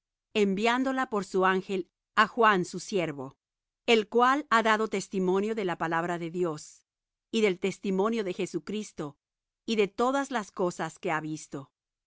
la por su ángel á juan su siervo el cual ha dado testimonio de la palabra de dios y del testimonio de jesucristo y de todas las cosas que ha visto